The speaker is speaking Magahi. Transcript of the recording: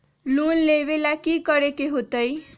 लोन लेवेला की करेके होतई?